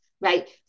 right